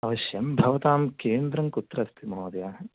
अवश्यं भवतां केन्द्रं कुत्र अस्ति महोदयः